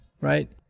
Right